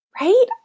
right